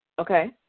Okay